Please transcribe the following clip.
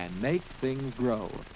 and make things grow